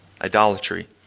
Idolatry